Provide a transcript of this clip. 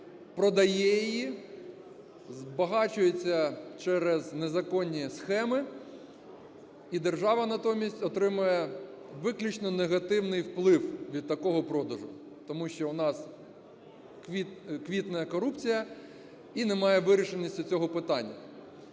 продає її, збагачується через незаконні схеми, і держава натомість отримує виключно негативний вплив від такого продажу, тому що у нас квітне корупція і немає вирішеності цього питання.